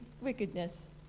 wickedness